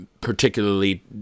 particularly